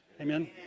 Amen